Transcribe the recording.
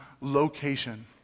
location